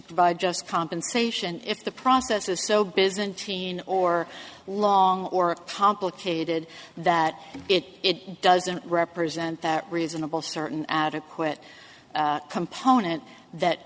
provide just compensation if the process is so byzantine or long or complicated that it doesn't represent that reasonable certain adequate component that